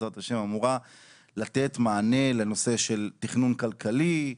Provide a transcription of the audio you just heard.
בעזרת השם אמורה לתת מענה לנושא של תכנון כלכלי,